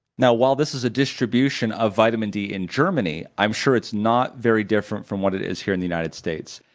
now while this is a distribution of vitamin d in germany. i'm sure it's not very different from what it is here in the united states,